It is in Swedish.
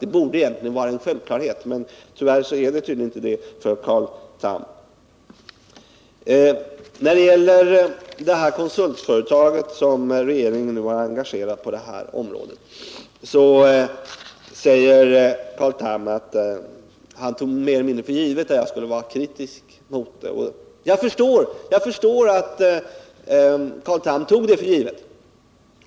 Detta borde egentligen vara en självklarhet, men tydligen är det inte så för Carl Tham, tyvärr. När det gäller det konsultföretag på området som regeringen nu har engagerat säger Carl Tham att han mer eller mindre har tagit för givet att jag skulle vara kritisk mot det. Jag förstår att han har tagit detta för givet.